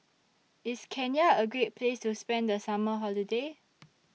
IS Kenya A Great Place to spend The Summer Holiday